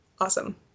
awesome